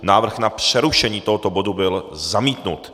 Návrh na přerušení tohoto bodu byl zamítnut.